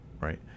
right